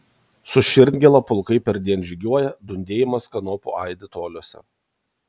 su širdgėla pulkai perdien žygiuoja dundėjimas kanopų aidi toliuose